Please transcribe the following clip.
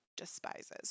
despises